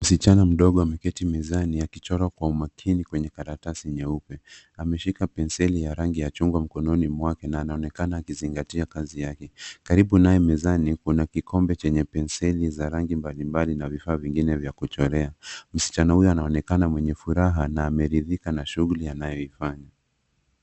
Msichana mdogo ameketi mezani akichora kwa umakini kwenye karatasi nyeupe. Ameshika penseli ya rangi ya chungwa mkononi mwake na anaonekana akizingatia kazi yake. Karibu naye mezani kuna kikombe chenye penseli za rangi mbali mbali na vifaa vingine vya kuchorea. Msichana huyo anaonekana mwenye furaha na ameridhika na shughuli anayoifanya.